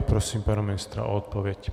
Prosím pana ministra o odpověď.